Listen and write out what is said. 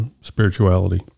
spirituality